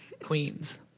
queens